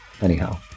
Anyhow